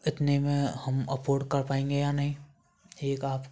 इतने में हम अफोर्ड कर पाएँगे या नहीं एक आप